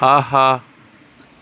ஆஹா